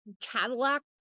Cadillac